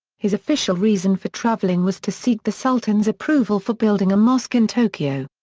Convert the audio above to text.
his official reason for travelling was to seek the sultan's approval for building a mosque in tokyo.